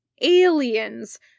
aliens